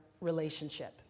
relationship